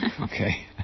Okay